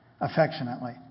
affectionately